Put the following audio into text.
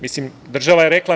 Mislim, država je rekla - ne.